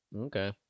Okay